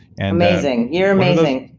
and amazing, you're amazing.